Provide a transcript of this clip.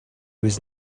was